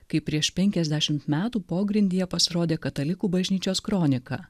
kai prieš penkiasdešimt metų pogrindyje pasirodė katalikų bažnyčios kronika